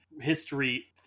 History